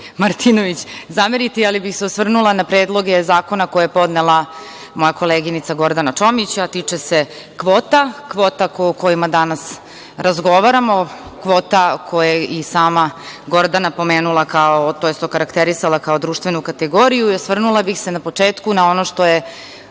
Martinović zameriti, osvrnuti na predloge zakona koje je podnela moja koleginica Gordana Čomić, a tiču se kvota, kvota o kojima danas razgovaramo, kvota koje je i sama Gordana pomenula, tj. okarakterisala kao društvenu kategoriju. Osvrnula bih se na početku na ono što je